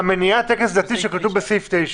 מניעת טקס דתי שכתוב בסעיף 9,